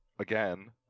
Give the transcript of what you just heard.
Again